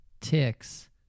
ticks